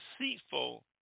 deceitful